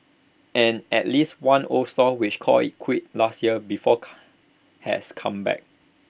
and at least one old stall which called IT quits last years before has come back